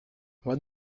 what